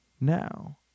now